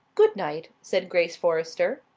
good night, said grace forrester.